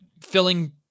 filling